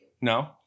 No